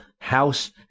House